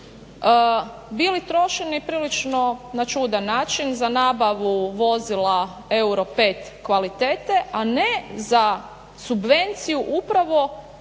bili trošeni prilično na čudan način za nabavu vozila euro pet kvalitete, a ne za subvenciju upravo